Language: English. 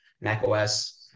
macOS